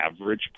average